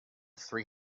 three